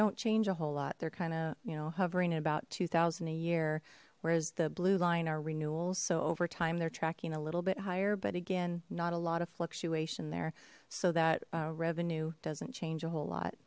don't change a whole lot they're kind of you know hovering at about two thousand a year whereas the blue line our renewal so over time they're tracking a little bit higher but again not a lot of fluctuation there so that revenue doesn't change a whole lot